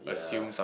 yeah